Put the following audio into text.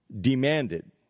demanded